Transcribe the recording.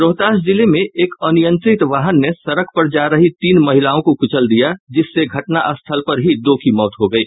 रोहतास जिले में एक अनियंत्रित वाहन ने सड़क पर जा रही तीन महिलाओं को कुचल दिया जिससे घटना स्थल पर ही दो की मौत हो गयी